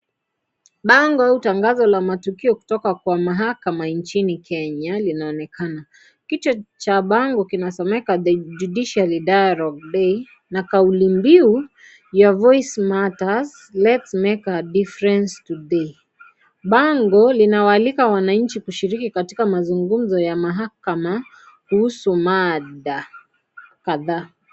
Bango tangazo la matukio kutoka kwa mahakama nchini Kenya linaonekana. Kichwa Cha bango kinasomeka The Judiciary dialogue day na kauli mbiu ya voice matters, let's make a difference today bango linawaalika wananchi kushiriki katika mazungumzo ya mahakama kuhusu mada kadhaa.